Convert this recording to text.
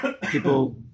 people